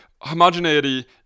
homogeneity